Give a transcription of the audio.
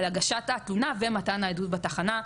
על הגשת התלונה ומתן העדות בתחנה.